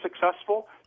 successful